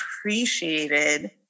appreciated